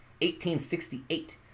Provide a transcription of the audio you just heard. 1868